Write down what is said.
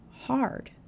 hard